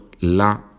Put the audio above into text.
la